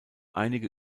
einige